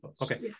Okay